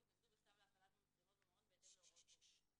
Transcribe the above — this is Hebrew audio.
התנגדו בכתב להפעלת מצלמות במעון בהתאם להוראות חוק זה.